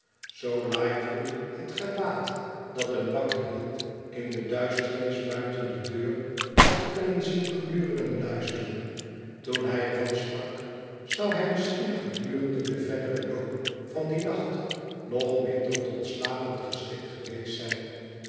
zoo lightwood het gelaat dat hem wakker hield in de duisternis buiten de deur had kunnen zien gluren en luisteren toen hij er van sprak zou hij misschien gedurende den verderen loop van dien nacht nog minder tot slapen geschikt geweest zijn